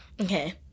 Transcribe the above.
Okay